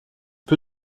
peu